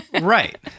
Right